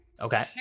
okay